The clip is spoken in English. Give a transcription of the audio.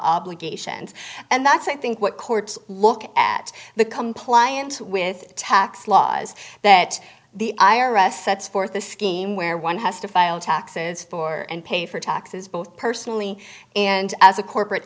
obligations and that's i think what courts look at the compliance with tax laws that the i r s sets forth a scheme where one has to file taxes for and pay for taxes both personally and as a corporate